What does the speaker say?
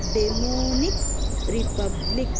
dominican republic